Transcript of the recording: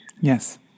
Yes